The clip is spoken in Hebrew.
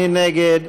מי נגד?